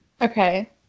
Okay